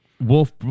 Wolf